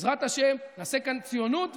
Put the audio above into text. ובעזרת השם נעשה כאן ציונות וצדק.